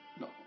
No